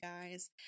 guys